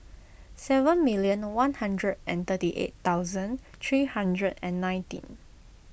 seven million one hundred and thirty eight thousand three hundred and nineteen